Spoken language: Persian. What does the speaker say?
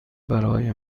برای